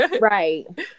right